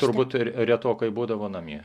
turbūt ir retokai būdavo namie